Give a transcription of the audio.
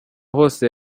hose